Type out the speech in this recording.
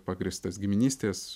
pagrįstas giminystės